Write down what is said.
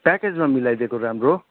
प्याकेजमा मिलाइदिएको राम्रो